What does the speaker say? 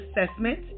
assessment